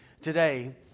today